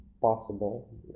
possible